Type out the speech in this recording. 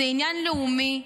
זה עניין לאומי,